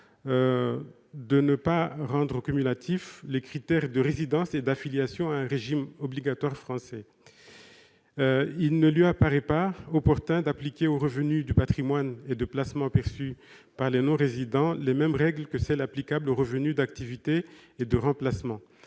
de ne pas rendre cumulatifs les critères de résidence et d'affiliation à un régime obligatoire français. Il ne lui paraît pas opportun d'appliquer aux revenus du patrimoine et de placements perçus par les non-résidents les règles applicables aux revenus d'activité et de remplacement.